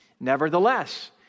Nevertheless